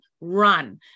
run